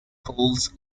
polls